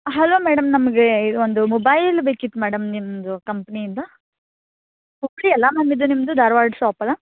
hello madam ನಮಗೆ ಇದು ಒಂದು ಮೊಬೈಲ್ ಬೇಕಿತ್ತು ಮೇಡಮ್ ನಿಮ್ಮದು ಕಂಪ್ನಿಯಿಂದ ಹುಬ್ಬಳ್ಳಿ ಅಲ್ವ ಮ್ಯಾಮ್ ಇದು ನಿಮ್ಮದು ಧಾರವಾಡ ಶಾಪಲ್ವ